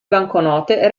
banconote